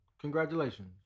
congratulations